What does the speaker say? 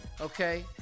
okay